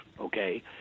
okay